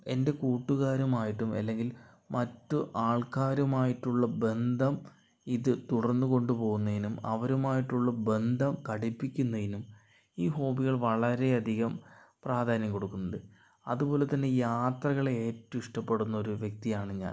എൻ്റെ കൂട്ടുക്കാരുമായിട്ടും അല്ലെങ്കിൽ മറ്റ് ആൾക്കാരുമായിട്ടുള്ള ബന്ധം ഇത് തുടർന്ന് കൊണ്ട് പോകുന്നതിനും അവരുമായിട്ടുള്ള ബന്ധം കടുപ്പിയ്ക്കുന്നതിനും ഈ ഹോബികൾ വളരെ അധികം പ്രാധാന്യം കൊടുക്കുന്നുണ്ട് അതുപോലെതന്നെ യാത്രകള് ഏറ്റോം ഇഷ്ടപ്പെടുന്ന ഒരു വ്യക്തിയാണ് ഞാൻ